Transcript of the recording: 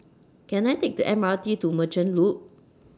Can I Take The M R T to Merchant Loop